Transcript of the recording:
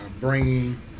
bringing